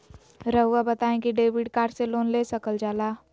रहुआ बताइं कि डेबिट कार्ड से लोन ले सकल जाला?